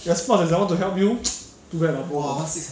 as much as I want to help you too bad lah bro